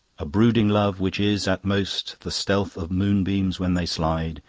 a brooding love which is at most the stealth of moonbeams when they slide,